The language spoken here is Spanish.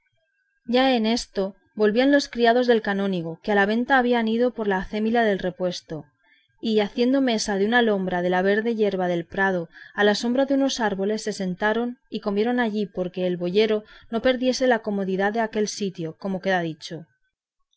ya en esto volvían los criados del canónigo que a la venta habían ido por la acémila del repuesto y haciendo mesa de una alhombra y de la verde yerba del prado a la sombra de unos árboles se sentaron y comieron allí porque el boyero no perdiese la comodidad de aquel sitio como queda dicho